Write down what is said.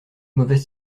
mauvaise